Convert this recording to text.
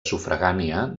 sufragània